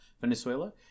Venezuela